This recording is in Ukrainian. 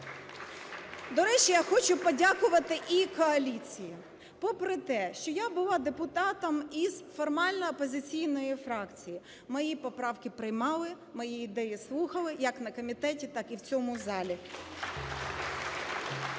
До речі, я хочу подякувати і коаліції. Попри те, що я була депутатом із формальної опозиційної фракції, мої поправки приймали, мої ідеї слухали як на комітеті, так і в цьому залі.